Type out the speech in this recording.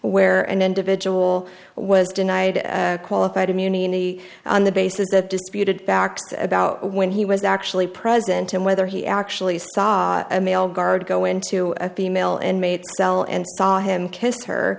where an individual was denied qualified immunity on the basis that disputed fact about when he was actually present and whether he actually saw a male guard go into a female inmate cell and saw him kissed her